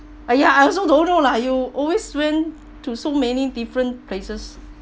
!aiya! I also don't know lah you always went to so many different places